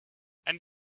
and